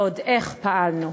ועוד איך פעלנו,